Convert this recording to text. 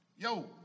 Yo